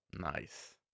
Nice